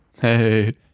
Hey